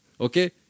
Okay